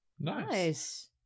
Nice